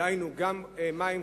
דהיינו גם מים,